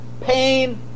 pain